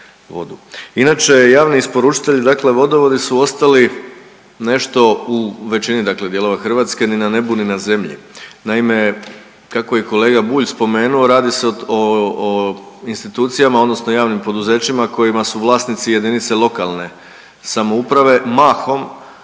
Inače javni isporučitelji dakle vodovodi su ostali nešto u većini dakle dijelova Hrvatske ni na nebu, ni na zemlji. Naime, kako je i kolega Bulj spomenuo radi se o, o institucijama odnosno javnim poduzećima kojima su vlasnici JLS mahom u onom